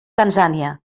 tanzània